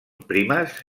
primes